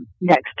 next